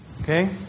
Okay